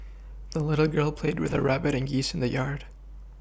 the little girl played with her rabbit and geese in the yard